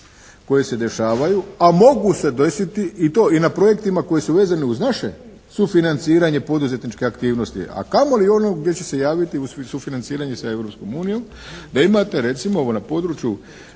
koje se dešavaju, a mogu se desiti i to na projektima koji su vezani uz naše financiranje poduzetničke aktivnosti, a kamoli onog gdje će se javiti u sufinanciranju sa Europskom unijom, da imate recimo na području